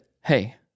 hey